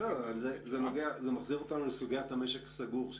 --- זה מחזיר אותנו לסוגיית המשק הסגור,